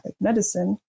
medicine